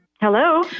Hello